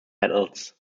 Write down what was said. battles